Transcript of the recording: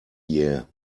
year